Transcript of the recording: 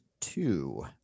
two